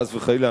חס וחלילה,